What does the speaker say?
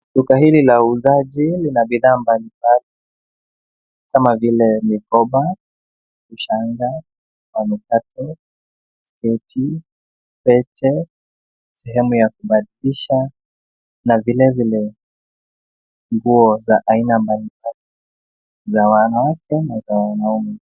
Duka hili la uuzaji lina bidhaa mbalimbali, kama vile mikoba, ushanga, manukato sketi, pete, sehemu ya kubadilisha na vilevile nguo za aina mbalimbali, za wanawake na za wanaume.